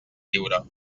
lliure